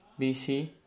BC